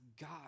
God